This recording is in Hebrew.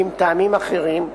כי אם טעמים אחרים,